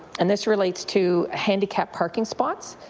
and this relates to handicap parking spots.